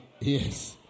Yes